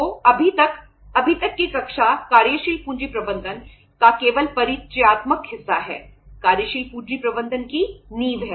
तो अभी तक अभी तक की कक्षा कार्यशील पूंजी प्रबंधन का केवल परिचयात्मक हिस्सा है कार्यशील पूंजी प्रबंधन की नींव है